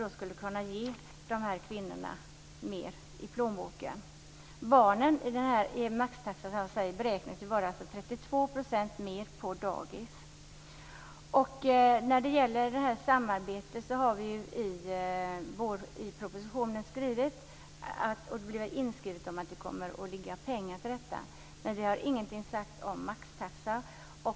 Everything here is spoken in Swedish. Det skulle kunna ge dessa kvinnor mer i plånboken. Barnen beräknas vara 32 % mer på dagis med maxtaxan. När det gäller samarbetet är det inskrivet i propositionen att det kommer att finnas pengar till detta. Men vi har ingenting sagt om maxtaxa.